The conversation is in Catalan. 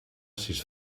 sis